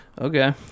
Okay